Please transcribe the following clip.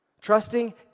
trusting